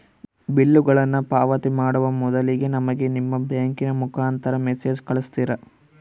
ಬಿಲ್ಲುಗಳನ್ನ ಪಾವತಿ ಮಾಡುವ ಮೊದಲಿಗೆ ನಮಗೆ ನಿಮ್ಮ ಬ್ಯಾಂಕಿನ ಮುಖಾಂತರ ಮೆಸೇಜ್ ಕಳಿಸ್ತಿರಾ?